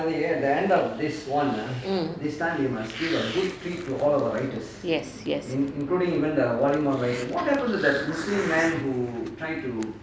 mm yes yes